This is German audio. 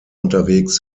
unterwegs